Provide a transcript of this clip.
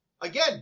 again